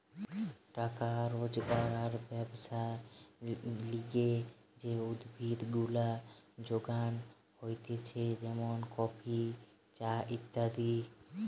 টাকা রোজগার আর ব্যবসার লিগে যে উদ্ভিদ গুলা যোগান হতিছে যেমন কফি, চা ইত্যাদি